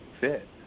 fit